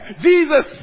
Jesus